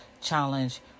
challenge